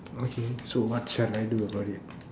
okay so what shall I do about it